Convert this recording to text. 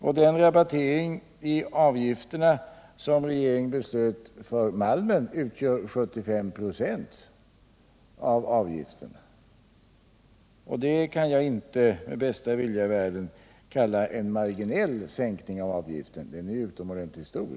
Den avgiftsrabattering som regeringen beslöt för malmen utgör 75 96. Det kan jag inte med bästa vilja i världen kalla en marginell sänkning av avgiften, utan den är ju i stället utomordentligt stor.